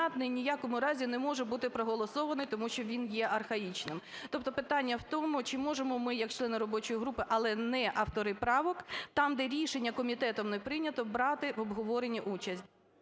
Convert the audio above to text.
в якому разі не може бути проголосований, тому що він є архаїчним. Тобто питання в тому, чи можемо ми як члени робочої групи, але не автори правок там, де рішення комітетом не прийнято, брати в обговоренні участь?